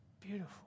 Beautiful